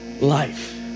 life